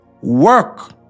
work